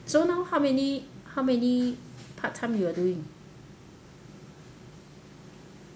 so now how many how many part time you are doing